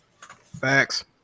Facts